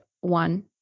one